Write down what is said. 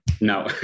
no